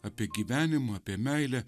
apie gyvenimą apie meilę